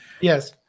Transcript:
Yes